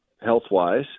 health-wise